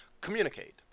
communicate